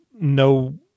no